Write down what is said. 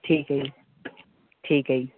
ਠੀਕ ਹੈ ਜੀ ਠੀਕ ਹੈ ਜੀ